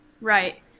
Right